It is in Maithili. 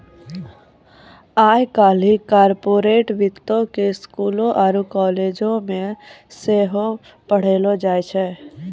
आइ काल्हि कार्पोरेट वित्तो के स्कूलो आरु कालेजो मे सेहो पढ़ैलो जाय छै